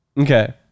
Okay